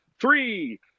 three